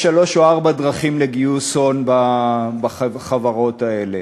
יש שלוש או ארבע דרכים לגיוס הון בחברות האלה: